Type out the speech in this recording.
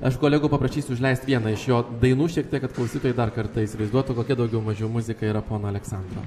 aš kolegų paprašysiu užleist vieną iš jo dainų šiek tiek kad klausytojai dar kartą įsivaizduotų kokia daugiau mažiau muzika yra pono aleksandro